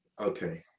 Okay